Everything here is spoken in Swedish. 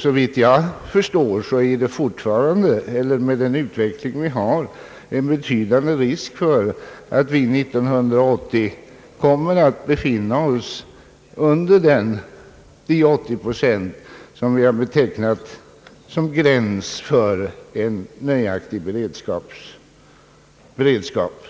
Såvitt jag förstår är det med den utveckling vi har en betydande risk för att vi 1980 kommer att befinna oss under de 80 procent som vi har betecknat som gräns för en nöjaktig beredskap